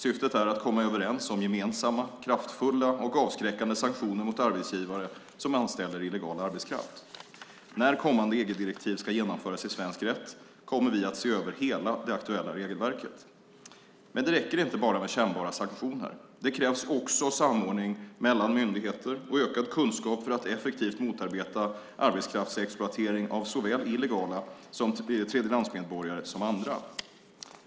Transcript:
Syftet är att komma överens om gemensamma, kraftfulla och avskräckande sanktioner mot arbetsgivare som anställer illegal arbetskraft. När kommande EG-direktiv ska genomföras i svensk rätt kommer vi att se över hela det aktuella regelverket. Men det räcker inte bara med kännbara sanktioner. Det krävs också samordning mellan myndigheter och ökad kunskap för att effektivt motarbeta arbetskraftsexploatering av såväl illegala tredjelandsmedborgare som andra.